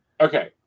Okay